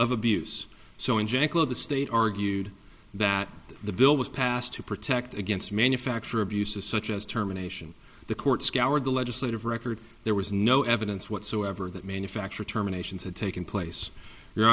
of abuse so in janklow the state argued that the bill was passed to protect against manufacture abuses such as terminations the court scoured the legislative record there was no evidence whatsoever that manufactured terminations had taken place you